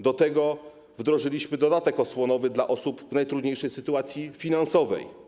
Do tego wdrożyliśmy dodatek osłonowy dla osób w najtrudniejszej sytuacji finansowej.